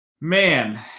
Man